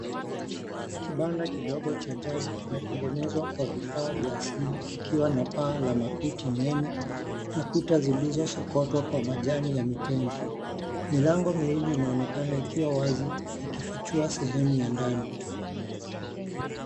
Kibanda kidogo cha jadi kimetengenezwa kwa vifaa vya asili kikiwa na paa la makuti nene na kuta zilizosokotwa kwa majani ya mitende. Milango mili inaonekana ikiwa wazi ikifichua sehemu ya ndani.